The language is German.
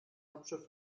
hauptstadt